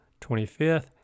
25th